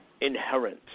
inherent